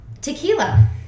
Tequila